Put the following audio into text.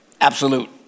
absolute